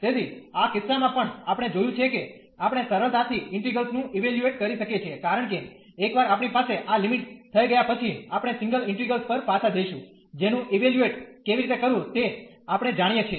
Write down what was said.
તેથી આ કિસ્સામાં પણ આપણે જોયું છે કે આપણે સરળતાથી ઇન્ટિગ્રેલ્સ નું ઇવેલ્યુએટ કરી શકીએ છીએ કારણ કે એકવાર આપણી પાસે આ લિમિટ થઈ ગયા પછી આપણે સિંગલ ઇન્ટિગ્રલ્સ પર પાછા જઈશું જેનું ઇવેલ્યુએટ કેવી રીતે કરવું તે આપણે જાણીએ છીએ